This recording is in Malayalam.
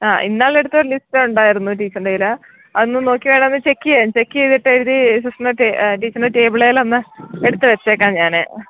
ആ ഇന്നാളെടുത്ത ഒരു ലിസ്റ്റ് ഉണ്ടായിരുന്നു ടീച്ചറിൻ്റെ കയ്യിൽ അതൊന്ന് നോക്കി വേണേൽ അതൊന്ന് ചെക്ക് ചെയ്യാം ചെക്ക് ചെയ്തിട്ട് എഴുതി ടീച്ചറിൻ്റെ സിസ്റ്ററിൻ്റെ അടുത്തു ടേബിളേലൊന്ന് എടുത്ത് വെച്ചേക്കാം ഞാൻ